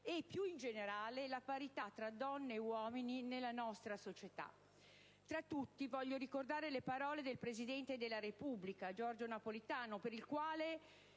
e, più in generale, la parità tra donne e uomini nella nostra società. Tra tutti, voglio ricordare le parole del Presidente della Repubblica, Giorgio Napolitano, per il quale